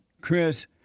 Chris